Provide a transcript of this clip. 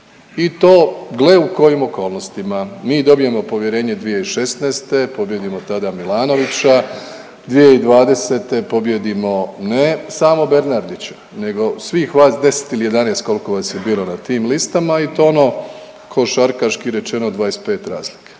i to gle u kojim okolnostima. Mi dobijemo povjerenje 2016., pobijedimo tada Milanovića, 2020. pobijedimo ne samo Bernardića nego svih vas 10 ili 11 koliko vas je bilo na tim listama i to ono košarkaški rečeno 25 razlike,